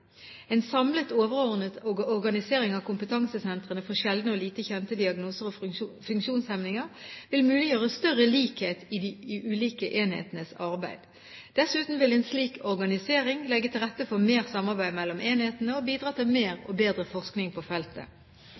lite kjente diagnoser og funksjonshemninger vil muliggjøre større likhet i de ulike enhetenes arbeid. Dessuten vil en slik organisering legge til rette for mer samarbeid mellom enhetene og bidra til mer og bedre forskning på feltet.